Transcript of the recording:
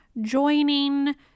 joining